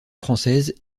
française